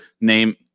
name